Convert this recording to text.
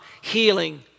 healing